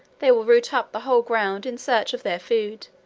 they will root up the whole ground in search of their food,